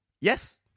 Yes